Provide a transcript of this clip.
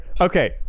okay